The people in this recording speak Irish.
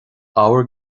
ábhar